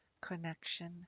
connection